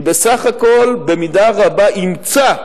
היא בסך הכול במידה רבה אימצה,